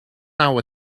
now